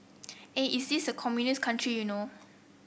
eh is it a communist country you know